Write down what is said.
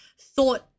thought